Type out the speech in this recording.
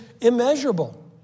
immeasurable